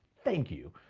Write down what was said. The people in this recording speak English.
thank you.